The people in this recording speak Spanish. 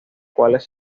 cuales